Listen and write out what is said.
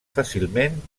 fàcilment